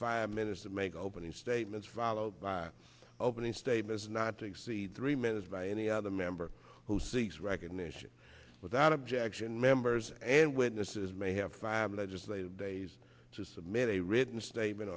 five minutes to make opening statements followed by opening statements not to exceed three minutes by any other member who seeks recognition without objection members and witnesses may have five legislative days to submit a written statement